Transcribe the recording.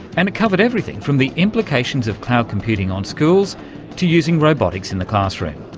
and it covered everything from the implications of cloud computing on schools to using robotics in the classroom.